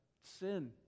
Sin